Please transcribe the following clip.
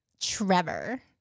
Trevor